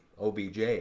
OBJ